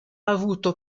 avuto